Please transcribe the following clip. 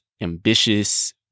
ambitious